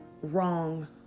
wrong